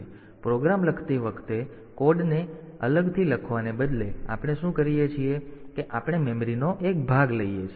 તેથી પ્રોગ્રામ લખતી વખતે તેથી કોડને અલગથી લખવાને બદલે આપણે શું કરીએ છીએ કે આપણે મેમરીનો એક ભાગ લઈએ છીએ